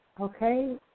okay